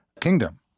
kingdom